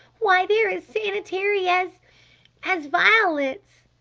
why, they're as sanitary as as violets!